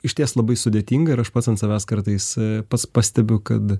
išties labai sudėtinga ir aš pats ant savęs kartais pats pastebiu kad